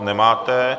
Nemáte.